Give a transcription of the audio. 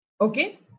Okay